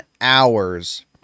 hours